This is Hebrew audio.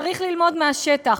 צריך ללמוד מהשטח.